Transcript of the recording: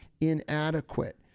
inadequate